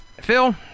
Phil